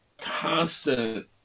constant